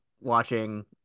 watching